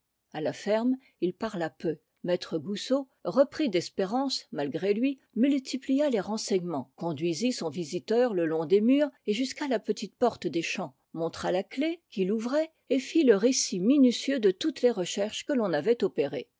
à la ferme il parla peu maître goussot repris d'espérance malgré lui multiplia les renseignements conduisit son visiteur le long des murs et jusqu'à la petite porte des champs montra la clef qui l'ouvrait et fit le récit minutieux de toutes les recherches que l'on avait opérées